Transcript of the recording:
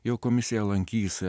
jau komisija lankys